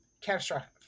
catastrophic